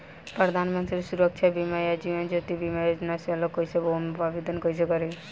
प्रधानमंत्री सुरक्षा बीमा आ जीवन ज्योति बीमा योजना से अलग कईसे बा ओमे आवदेन कईसे करी?